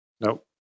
nope